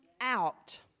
out